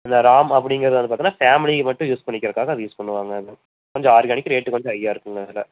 இந்த ராம் அப்படிங்கிறது வந்து பார்த்தோம்னா ஃபேமிலிக்கு மட்டும் யூஸ் பண்ணிக்கிறக்காக அது யூஸ் பண்ணுவாங்க அதை கொஞ்சம் ஆர்கானிக் ரேட்டு கொஞ்சம் ஹைய்யாக இருக்குங்க அதில்